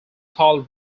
toll